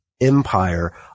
Empire